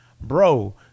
Bro